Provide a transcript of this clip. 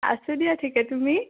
আছোঁ দিয়া ঠিকে তুমি